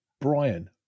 Brian